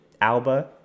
Alba